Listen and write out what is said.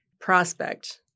prospect